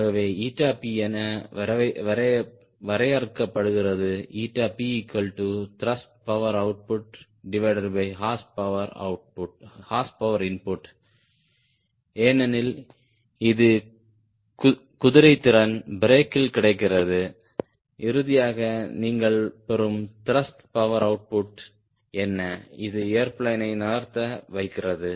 ஆகவே P என வரையறுக்கப்படுகிறது PThrust power outputhorse power input ஏனெனில் இது குதிரைத்திறன் பிரேக்கில் கிடைக்கிறது இறுதியாக நீங்கள் பெறும் த்ருஸ்ட் பவர் ஓவுட்புட் என்ன இது ஏர்பிளேனை நகர்த்த வைக்கிறது